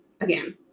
Again